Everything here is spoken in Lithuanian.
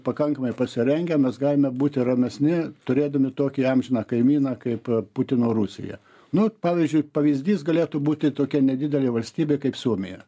pakankamai pasirengę mes galime būti ramesni turėdami tokį amžiną kaimyną kaip putino rusija nu pavyzdžiui pavyzdys galėtų būti tokia nedidelė valstybė kaip suomija